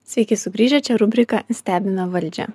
sveiki sugrįžę čia rubrika stebime valdžią